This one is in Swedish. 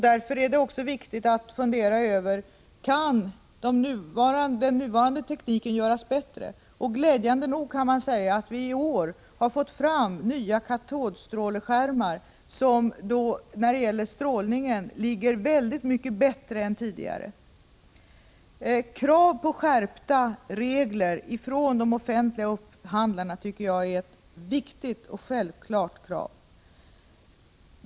Därför är det viktigt att fundera över om den nuvarande tekniken kan göras bättre. Vi har glädjande nog i år fått fram nya katodstråleskärmar som i fråga om strålning uppvisar mycket bättre värden än tidigare. Krav från de offentliga upphandlarna på skärpta regler är ett viktigt och självklart krav.